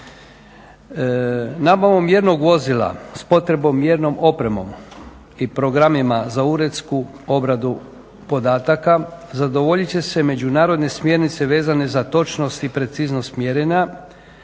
Nabavom jednog vozila s potrebnom mjernom opremom i programima za uredsku obradu podataka zadovoljit će se međunarodne smjernice vezane za točnost i preciznost mjerenja,